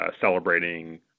celebrating